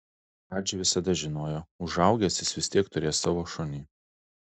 radži visada žinojo užaugęs jis vis tiek turės savo šunį